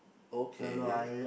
okay